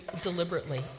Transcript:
deliberately